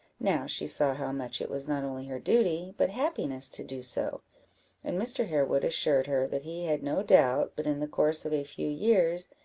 now she saw how much it was not only her duty, but happiness to do so and mr. harewood assured her that he had no doubt, but in the course of a few years,